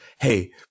hey